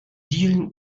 dielen